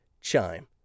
Chime